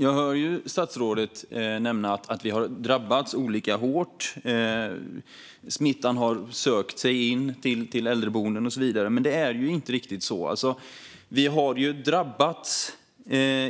Jag hör statsrådet nämna att vi har drabbats olika hårt, att smittan har sökt sig in till äldreboenden och så vidare. Men det är inte riktigt så. Vi har ju drabbats